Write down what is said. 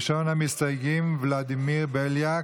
ראשון המסתייגים, ולדימיר בליאק.